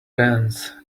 dance